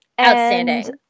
Outstanding